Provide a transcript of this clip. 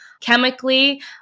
Chemically